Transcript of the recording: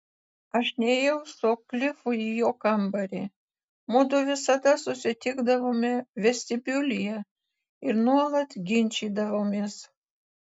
aš nėjau su klifu į jo kambarį mudu visada susitikdavome vestibiulyje ir nuolat ginčydavomės